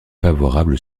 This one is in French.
favorable